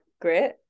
great